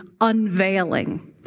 unveiling